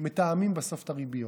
הם מתאמים בסוף את הריביות.